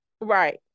Right